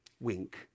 wink